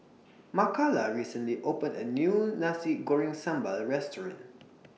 Makala recently opened A New Nasi Goreng Sambal Restaurant